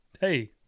Hey